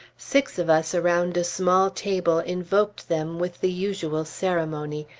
six of us around a small table invoked them with the usual ceremony.